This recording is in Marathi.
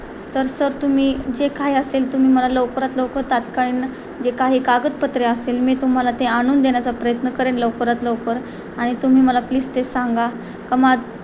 तर सर तुम्ही जे काही असेल तुम्ही मला लवकरात लवकर तात्कालीन जे काही कागदपत्रे असेल मी तुम्हाला ते आणून देण्याचा प्रयत्न करेन लवकरात लवकर आणि तुम्ही मला प्लीज ते सांगा क मा